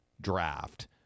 draft